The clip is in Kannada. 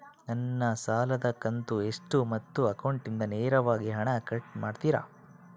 ನನ್ನ ಸಾಲದ ಕಂತು ಎಷ್ಟು ಮತ್ತು ಅಕೌಂಟಿಂದ ನೇರವಾಗಿ ಹಣ ಕಟ್ ಮಾಡ್ತಿರಾ?